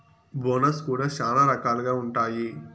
bonus కూడా శ్యానా రకాలుగా ఉంటాయి